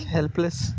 Helpless